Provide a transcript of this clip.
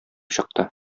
чыкты